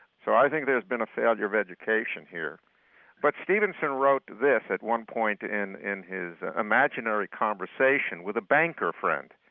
so i think there's been a failure of education here but stevenson wrote this at one point in in his imaginary conversation with a banker friend.